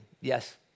yes